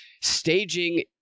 staging